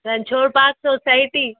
Ranchhod park society